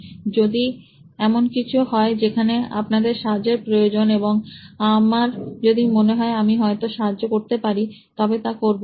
যদি এমন কিছু হয় যেখানে আপনাদের সাহায্যের প্রয়োজন এবং আমার যদি মনে হয় আমি হয়তো সাহায্য করতে পারি তবে তা করবো